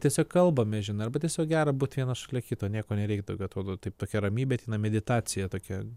tiesiog kalbame žinai arba tiesiog gera būti vienas šalia kito nieko nereik daugiau atrodo taip tokia ramybė meditacija tokia